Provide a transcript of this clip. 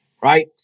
right